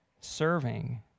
serving